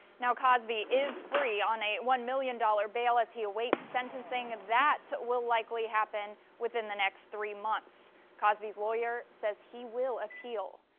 cosby is free on a one million dollar bail as he awaits sentencing. that will likely happen within the next three months cosby's lawyer says he will appeal.